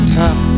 top